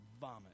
vomit